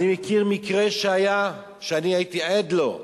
אני מכיר מקרה שהיה שאני הייתי עד לו,